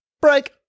Break